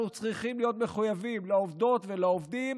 אנחנו צריכים להיות מחויבים לעובדות ולעובדים,